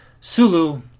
Sulu